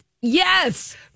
Yes